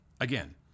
Again